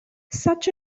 such